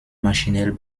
maschinell